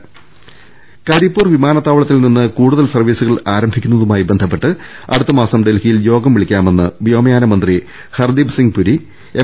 ദർവ്വെട്ടറ കരിപ്പൂർ വിമാനത്താവളത്തിൽ നിന്ന് കൂടുതൽ സർവീസുകൾ ആരംഭി ക്കുന്നതുമായി ബന്ധപ്പെട്ട് അടുത്തമാസം ഡൽഹിയിൽ യോഗം വിളിക്കാ മെന്ന് വ്യോമയാന മന്ത്രി ഹർദീപ് സിംഗ് പുരി എം